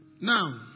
Now